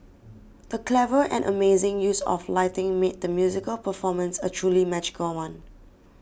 the clever and amazing use of lighting made the musical performance a truly magical one